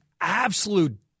absolute